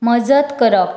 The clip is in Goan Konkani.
मजत करप